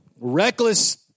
Reckless